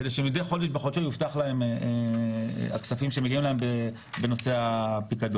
כדי שמידי חודש בחודשו יובטחו להם הכספים שמגיעים להם בנושא הפיקדון.